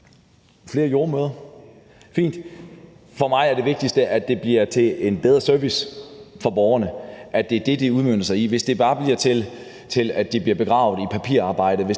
Flere jordemødre, fint. For mig er det vigtigste, at det bliver til en bedre service for borgerne, altså at det er det, det udmønter sig i. Det må ikke bare blive til, at de bliver begravet i papirarbejde,